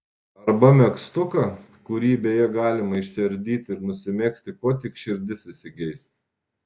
arba megztuką kurį beje galima išsiardyti ir nusimegzti ko tik širdis įsigeis